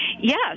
Yes